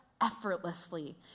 effortlessly